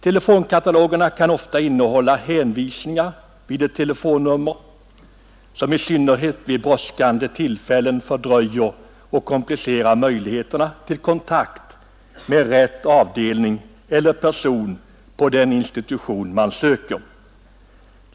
Telefonkatalogerna kan ofta innehålla hänvisningar vid ett telefonnummer som i synnerhet vid brådskande tillfällen fördröjer och komplicerar möjligheterna till kontakt med rätt avdelning eller person på den institution man söker.